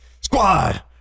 Squad